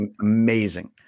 amazing